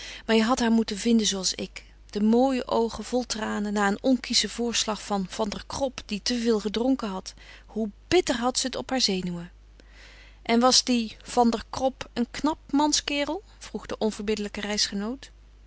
maar je hadt haar moeten vinden zooals ik de mooie oogen vol tranen na een onkieschen voorslag van van der krop die te veel gedronken had hoe bitter had ze t op haar zenuwen en was die van der krop een knap manskerel vroeg de onverbiddelijke